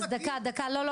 אני מכיר אנשים.